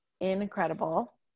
incredible